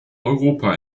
europa